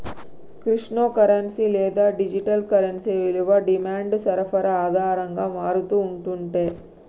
crypto currency లేదా digital currency విలువ demand, సరఫరా ఆధారంగా మారతూ ఉంటుండే